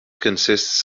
consists